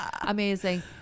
amazing